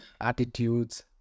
attitudes